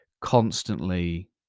constantly